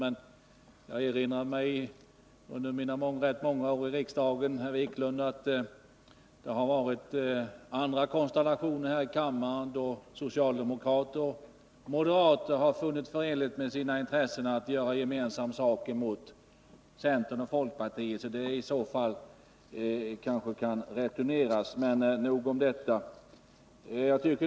Men jag erinrar mig att det under mina många år i riksdagen, herr Wiklund, har varit andra konstellationer i kammaren då socialdemokrater och moderater har funnit det förenligt med sina intressen att göra gemensam sak mot centern och folkpartiet. Bengt Wiklunds påstående kan alltså returneras. Men nog om detta.